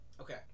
Okay